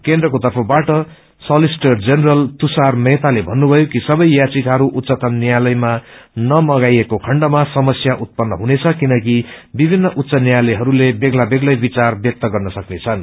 केन्द्रको तर्फबाट हुनुथएका सलिसिटर जनरल तुवार मेहताले भन्नुभयो कि सबै याधिकाहरू उच्चतम न्यायासयमा नमगाएको खण्डमा समस्या उत्पन्न हुनेछ किनकि विभिन्न उच्च न्यायालयहरूले बेग्ला बेग्लै विचार व्यक्त गर्न सक्नेछन्